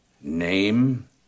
Name